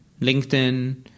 linkedin